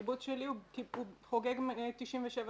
הקיבוץ שלי חוגג 97 שנה.